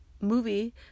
movie